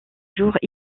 jour